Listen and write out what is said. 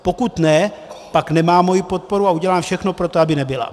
Pokud ne, pak nemá moji podporu a udělám všechno pro to, aby nebyla.